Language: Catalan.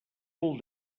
cul